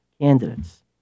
candidates